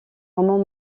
romans